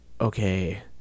okay